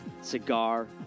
Cigar